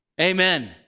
Amen